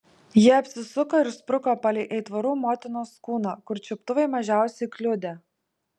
ji apsisuko ir spruko palei aitvarų motinos kūną kur čiuptuvai mažiausiai kliudė